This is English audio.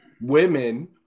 women